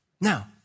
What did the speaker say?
Now